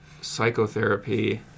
psychotherapy